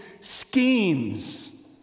schemes